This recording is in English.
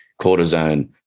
cortisone